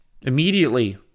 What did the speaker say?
Immediately